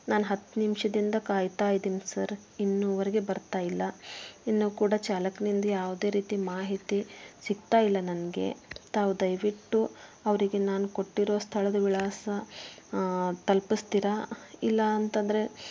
ನಾನು ಹತ್ತು ನಿಮಿಷದಿಂದ ಕಾಯ್ತಾ ಇದ್ದೀನಿ ಸರ್ ಇನ್ನೂವರೆಗೆ ಬರ್ತಾ ಇಲ್ಲ ಇನ್ನೂ ಕೂಡ ಚಾಲಕನಿಂದ ಯಾವುದೇ ರೀತಿ ಮಾಹಿತಿ ಸಿಗ್ತಾ ಇಲ್ಲ ನನಗೆ ತಾವು ದಯವಿಟ್ಟು ಅವರಿಗೆ ನಾನು ಕೊಟ್ಟಿರೋ ಸ್ಥಳದ ವಿಳಾಸ ತಲುಪಿಸ್ತೀರಾ ಇಲ್ಲ ಅಂತಂದರೆ